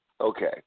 okay